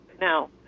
Now